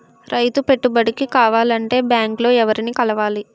రైతు పెట్టుబడికి కావాలంటే బ్యాంక్ లో ఎవరిని కలవాలి?